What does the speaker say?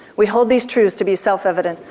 we hold these truths to be self-evident,